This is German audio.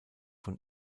von